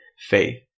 faith